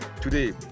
today